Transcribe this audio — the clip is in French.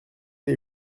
des